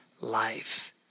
life